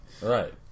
Right